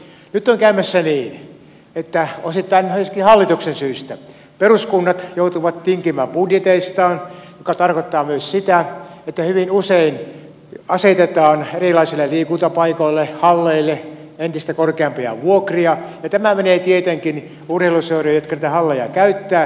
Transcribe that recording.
nyt on käymässä niin osittain myöskin hallituksen syystä että peruskunnat joutuvat tinkimään budjeteistaan mikä tarkoittaa myös sitä että hyvin usein asetetaan erilaisille liikuntapaikoille halleille entistä korkeampia vuokria ja tämä menee tietenkin urheiluseurojen jotka niitä halleja käyttävät jäsenmaksuihin